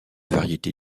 variété